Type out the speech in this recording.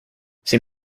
sin